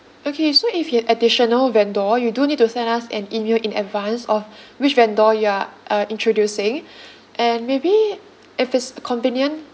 okay so if you have additional vendor you do need to send us an email in advance of which vendor you are uh introducing and maybe if it's convenient